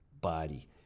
body